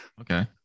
okay